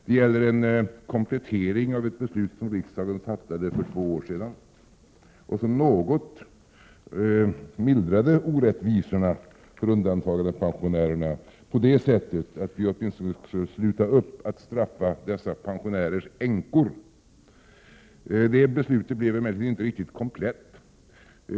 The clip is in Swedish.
Det gäller en komplettering av ett beslut som riksdagen fattade för två år sedan och som något mildrade orättvisorna för undantagandepensionärerna, genom att vi åtminstone skulle sluta upp med att straffa dessa pensionärers änkor. Detta beslut blev emellertid inte riktigt komplett.